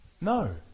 No